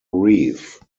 reef